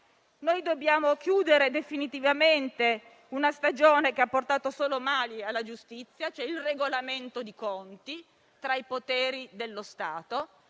Dobbiamo chiudere definitivamente una stagione che ha portato solo mali alla giustizia. C'è il regolamento di conti tra i poteri dello Stato.